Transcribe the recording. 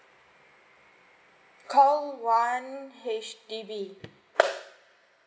call one H_D_B